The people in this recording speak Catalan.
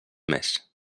més